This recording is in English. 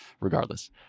regardless